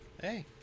Hey